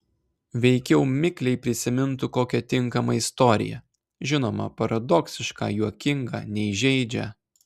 veikiau mikliai prisimintų kokią tinkamą istoriją žinoma paradoksišką juokingą neįžeidžią